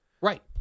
Right